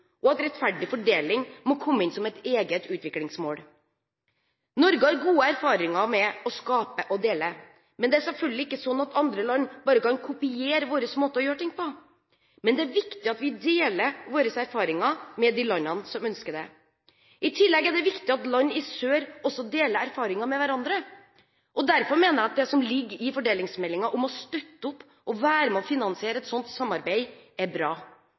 og at rettferdig fordeling må komme inn som et eget utviklingsmål. Norge har gode erfaringer med å skape og dele, men det er selvfølgelig ikke sånn at andre land bare kan kopiere vår måte å gjøre ting på. Det er viktig at vi deler våre erfaringer med de landene som ønsker det. I tillegg er det viktig at land i sør også deler erfaringer med hverandre, og derfor mener jeg at det som ligger i fordelingsmeldingen om å støtte opp og være med på å finansiere et sånt samarbeid, er bra.